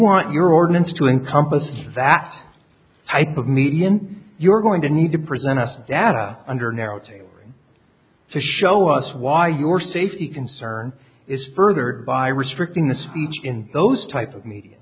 want your ordinance to encompass that type of media in you're going to need to present us data under now to show us why your safety concern is furthered by restricting the speech in those type of me